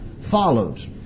follows